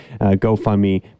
GoFundMe